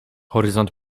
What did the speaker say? horyzont